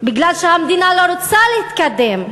כי המדינה לא רוצה להתקדם.